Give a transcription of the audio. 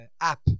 App